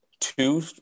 two